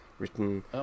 written